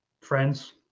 friends